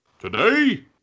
today